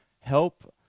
help